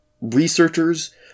researchers